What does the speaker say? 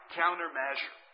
countermeasure